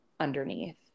underneath